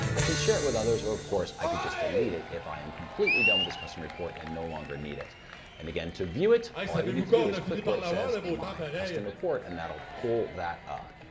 i can share it with others or of course i could just delete it if i am completely done with this customer report and no longer need it and again to view it all i would need to do is click where it says my custom report and that'll pull that up.